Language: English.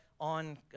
on